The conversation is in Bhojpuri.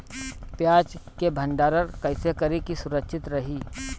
प्याज के भंडारण कइसे करी की सुरक्षित रही?